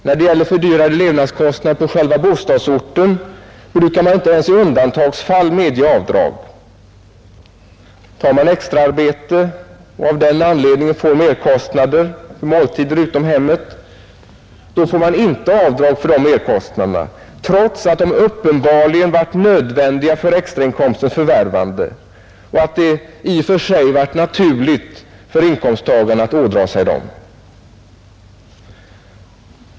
När det gäller fördyrade levnadskostnader på själva bostadsorten brukar man inte ens i undantagsfall medge avdrag. Tar man extra arbete och av den anledningen får merkostnader för måltider utom hemmet får man inte avdrag för dessa merkostnader, trots att de uppenbarligen varit nödvändiga för extrainkomstens förvärvande och att det varit naturligt för inkomsttagaren att ådra sig dem.